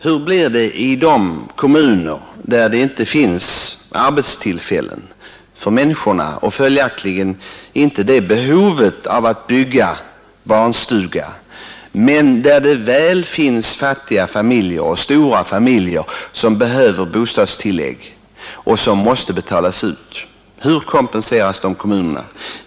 Hur blir det i de kommuner där det inte finns arbetstillfällen för människorna och följaktligen inte samma behov av att bygga barnstugor men där det finns fattiga familjer och stora familjer som behöver bostadstillägg? Hur kompenseras de kommunerna?